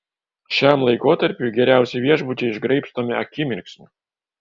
šiam laikotarpiui geriausi viešbučiai išgraibstomi akimirksniu